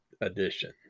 Edition